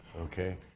Okay